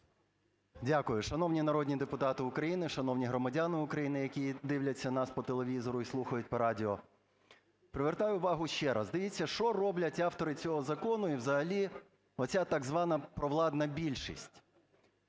Дякую. Шановні народні депутати України, шановні громадяни України, які дивляться нас по телевізору і слухають по радіо, привертаю увагу ще раз. Дивіться, що роблять автори цього закону і взагалі оця так звана провладна більшість.